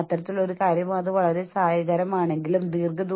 നിങ്ങളുടെ ജീവനക്കാരിൽ നിങ്ങൾ വളരെയധികം സമ്മർദ്ദം ചെലുത്തുന്നു